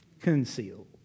concealed